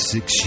Six